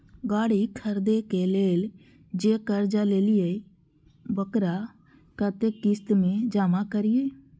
गाड़ी खरदे के लेल जे कर्जा लेलिए वकरा कतेक किस्त में जमा करिए?